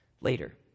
later